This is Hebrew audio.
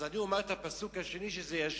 אז אני אומר את הפסוק השני כדי שזה ישלים,